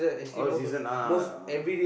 all season ah ah